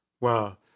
Wow